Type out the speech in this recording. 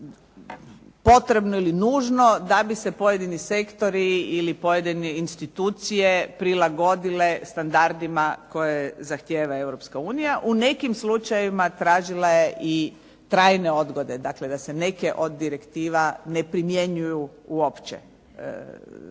potrebno ili nužno da bi se pojedini sektori ili pojedine institucije prilagodile standardima koje zahtjeva Europska unija. U nekim slučajevima tražila je i trajne odgode, dakle da se neke od direktiva ne primjenjuju uopće